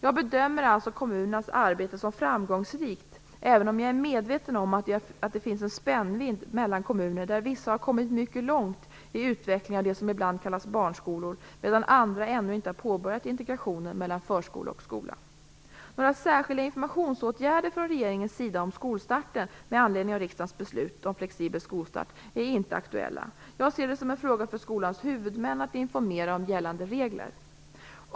Jag bedömer alltså kommunernas arbete som framgångsrikt, även om jag är medveten om att det finns en spännvidd mellan kommuner, där vissa har kommit mycket långt i utveckling av det som ibland kallas barnskolor medan andra ännu inte har påbörjat integrationen mellan förskola och skola. Några särskilda informationsåtgärder från regeringen om skolstarten med anledning av riksdagens beslut om flexibel skolstart är inte aktuella. Jag ser det som en fråga för skolans huvudmän att informera om gällande regler.